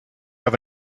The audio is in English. have